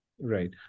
Right